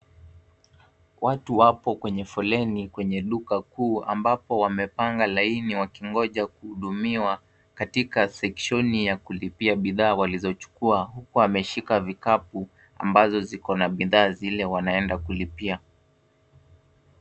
Watu wapo kwenye foleni kwenye duka kuu, ambapo wamepanga laini wakingoja kuhudumiwa, katika sectioni ya kulipia bidhaa walizochukua, huku wameshika vikapu ambazo ziko na bidhaa zile wanaenda kulipia.